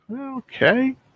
Okay